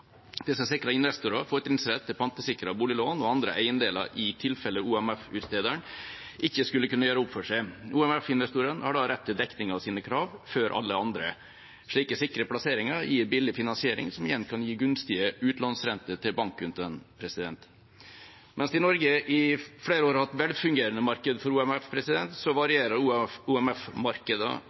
det meste obligasjoner med fortrinnsrett, OMF, som vi har benyttet i Norge i nesten 200 år. Disse sikrer investorer fortrinnsrett til pantesikrede boliglån og andre eiendeler i tilfelle OMF-utstederen ikke skulle kunne gjøre opp for seg. OMF-investorene har da rett til dekning av sine krav før alle andre. Slike sikre plasseringer gir billig finansiering, som igjen kan gi gunstige utlånsrenter til bankkundene. Mens vi i Norge i flere år har hatt velfungerende markeder for OMF, varierer